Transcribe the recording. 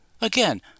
Again